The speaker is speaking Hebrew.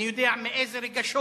אני יודע מאיזה רגשות